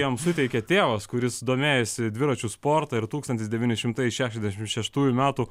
jam suteikė tėvas kuris domėjosi dviračių sportu ir tūkstantis devyni šimtai šešiasdešim šeštųjų metų